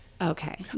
okay